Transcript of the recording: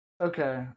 Okay